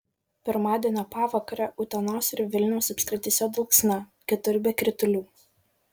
pirmadienio pavakarę utenos ir vilniaus apskrityse dulksna kitur be kritulių